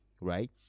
Right